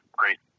great